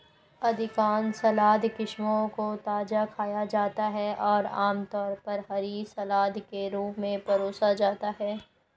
अधिकांश सलाद किस्मों को ताजा खाया जाता है और आमतौर पर हरी सलाद के रूप में परोसा जाता है